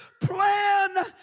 plan